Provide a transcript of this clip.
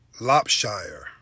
Lopshire